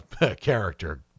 character